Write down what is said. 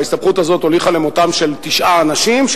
שהוליכה למותם של תשעה אנשים.